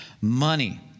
money